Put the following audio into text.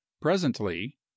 Presently